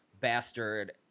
bastard